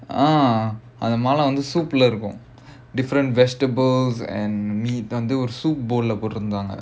ah அந்த:andha mala வந்து:vandhu soup leh இருக்கும்:irukkum different vegetables and meat வந்து:vandhu soup board lah போட்டுருந்தாங்க:potturunthaanga